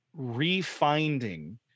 refinding